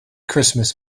christmas